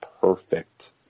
perfect